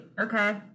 Okay